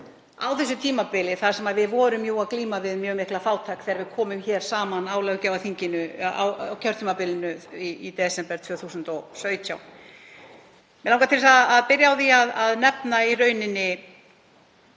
á þessu tímabili þar sem við vorum jú að glíma við mjög mikla fátækt þegar við komum hér saman á kjörtímabilinu í desember 2017? Mig langar til að byrja á því að nefna hvað